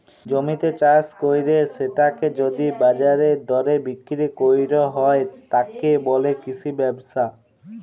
জমিতে চাস কইরে সেটাকে যদি বাজারের দরে বিক্রি কইর হয়, তাকে বলে কৃষি ব্যবসা